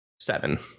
seven